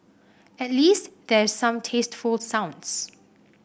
at least there's some tasteful sounds